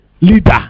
leader